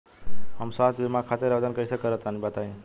हम स्वास्थ्य बीमा खातिर आवेदन कइसे करि तनि बताई?